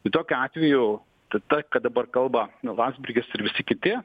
tai tokiu atveju tą tą ką dabar kalba landsbergis ir visi kiti